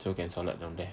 so can solat down there